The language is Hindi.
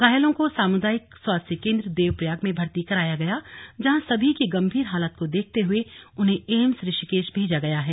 घायलों को सामुदायिक स्वास्थ्य केंद्र देवप्रयाग में भर्ती कराया गया जहां सभी की गंभीर हालत को देखते हुए उन्हें एम्स ऋषिकेश भेजा गया है